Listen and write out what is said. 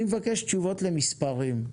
אני מבקש תשובות למספרים,